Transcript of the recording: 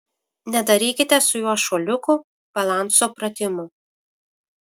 nedarykite su juo šuoliukų balanso pratimų